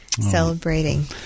celebrating